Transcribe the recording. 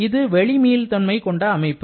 இது வெளி மீள் தன்மை கொண்ட அமைப்பு